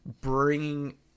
bringing